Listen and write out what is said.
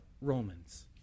Romans